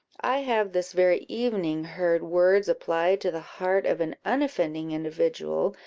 i have this very evening heard words applied to the heart of an unoffending individual,